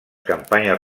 campanyes